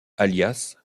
alias